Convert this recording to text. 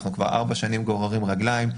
אנחנו כבר 4 שנים גוררים רגליים.